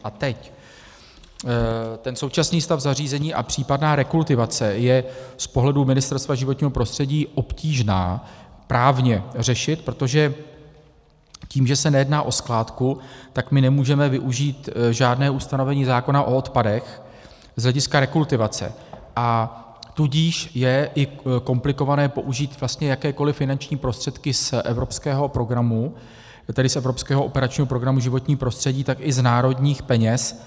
A teď ten současný stav zařízení a případná rekultivace je z pohledu Ministerstva životního prostředí obtížná právně řešit, protože tím, že se nejedná o skládku, tak my nemůžeme využít žádné ustanovení zákona o odpadech z hlediska rekultivace, tudíž je i komplikované použít vlastně jakékoliv finanční prostředky z evropského programu, tedy z evropského operačního programu Životní prostředí, tak i z národních peněz.